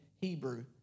Hebrew